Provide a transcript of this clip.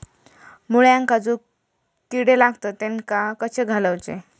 मुळ्यांका जो किडे लागतात तेनका कशे घालवचे?